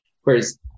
Whereas